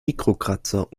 mikrokratzer